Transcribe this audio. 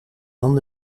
van